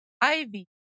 Ivy